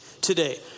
today